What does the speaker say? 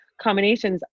combinations